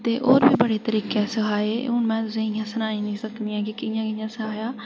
ते होर बी बड़े तरीकै सखाए हू'न में तुसें ई सनाई निं सकनी कि मिगी कि'यां कि'यां सखाया